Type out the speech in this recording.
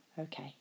Okay